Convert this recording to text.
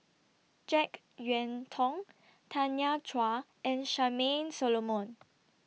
Jek Yeun Thong Tanya Chua and Charmaine Solomon